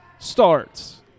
starts